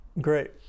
Great